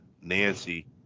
Nancy